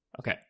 Okay